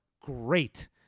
great